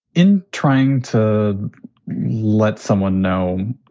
in trying to let someone know,